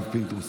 הרב פינדרוס,